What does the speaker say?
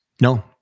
No